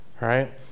right